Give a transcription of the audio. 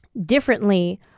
differently